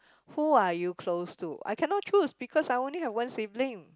who are you close to I cannot choose because I only have one sibling